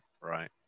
right